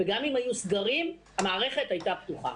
וגם אם היו סגרים המערכת הייתה פתוחה.